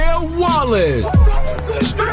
Wallace